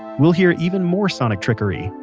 we'll hear even more sonic trickery,